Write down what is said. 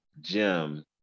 Jim